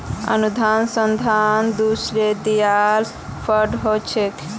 अनुदान संस्था द्वारे दियाल फण्ड ह छेक